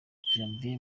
javier